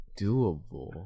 doable